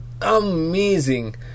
amazing